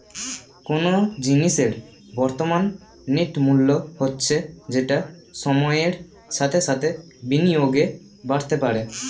কোনো জিনিসের বর্তমান নেট মূল্য হচ্ছে যেটা সময়ের সাথে সাথে বিনিয়োগে বাড়তে পারে